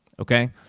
Okay